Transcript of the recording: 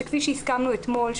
כפי שהסכמנו אתמול,